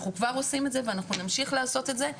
אנחנו כבר עושים את זה ואנחנו נמשיך לעשות את זה.